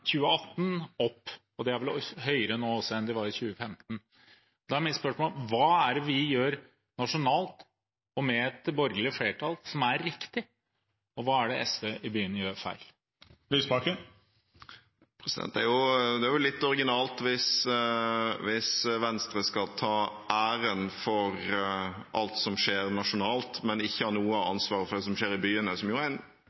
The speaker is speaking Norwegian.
2015. Da er mitt spørsmål: Hva er det vi gjør nasjonalt og med et borgerlig flertall som er riktig, og hva er det SV i byene gjør feil? Det er jo litt originalt hvis Venstre skal ta æren for alt som skjer nasjonalt, men ikke ha noe ansvar for det som skjer i byene, hvor en ganske stor del av